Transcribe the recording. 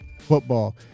football